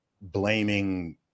blaming